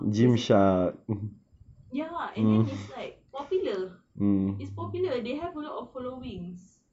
ya and then it's like popular it's popular they have a lot of followings